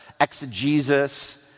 Exegesis